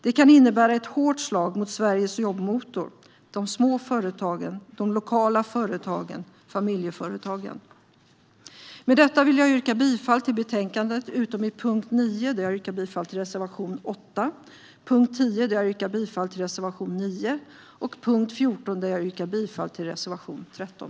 Det kan innebära ett hårt slag mot Sveriges jobbmotor, det vill säga de små företagen, de lokala företagen och familjeföretagen. Med detta yrkar jag bifall till förslaget i betänkandet, utom i punkt 9 där jag yrkar bifall till reservation 8, punkt 10 där jag yrkar bifall till reservation 9 och punkt 14 där jag yrkar bifall till reservation 13.